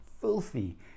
filthy